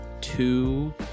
Two